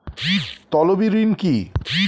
তলবি ঋন কি?